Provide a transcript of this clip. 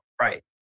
Right